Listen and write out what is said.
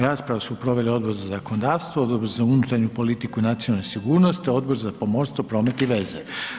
Raspravu su proveli Odbor za zakonodavstvo, Odbor za unutarnju politiku i nacionalnu sigurnost, Odbor za pomorstvo, promet i veze.